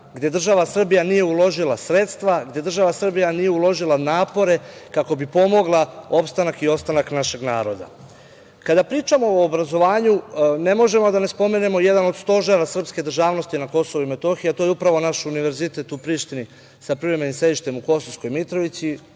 gde država Srbija nije uložila sredstva, gde država Srbija nije uložila napore kako bi pomogla opstanak i ostanak našeg naroda. Kada pričamo o obrazovanju, ne možemo a da ne spomenom jedan od stožera srpske državnosti na Kosovu i Metohiji, a to je upravo naš Univerzitet u Prištini, sa privremenim sedište u Kosovskoj Mitrovici,